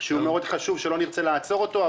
מאוד חשוב שלא נרצה לעצור אותו.